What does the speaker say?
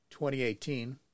2018